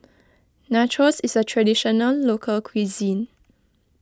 Nachos is a Traditional Local Cuisine